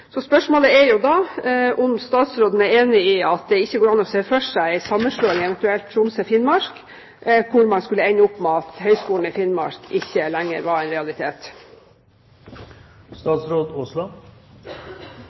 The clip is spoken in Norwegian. Så spørsmålet er jo da om statsråden er enig i at det ikke går an å se for seg en eventuell sammenslåing av Tromsø og Finnmark, der man skulle ende opp med at Høgskolen i Finnmark ikke lenger var en realitet.